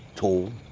tall,